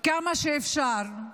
כמה שאפשר.